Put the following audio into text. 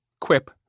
Quip